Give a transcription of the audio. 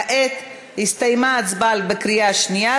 כעת הסתיימה ההצבעה בקריאה שנייה,